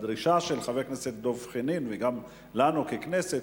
הדרישה של חבר הכנסת דב חנין וגם שלנו ככנסת